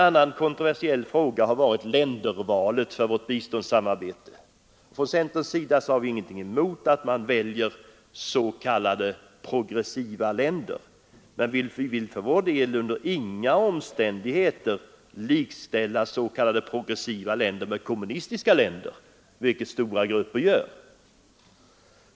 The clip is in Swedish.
En annan kontroversiell fråga har varit ländervalet för vårt biståndssamarbete. Från centerns sida har vi ingenting emot att man väljer s.k. progressiva länder, men vi vill för vår del under inga omständigheter likställa s.k. progressiva länder med kommunistiska länder, vilket vissa grupper gör.